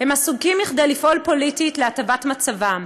הם עסוקים מכדי לפעול פוליטית להטבת מצבם.